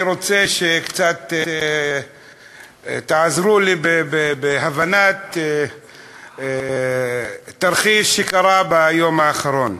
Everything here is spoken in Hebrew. אני רוצה שקצת תעזרו לי בהבנת תרחיש שקרה ביום האחרון.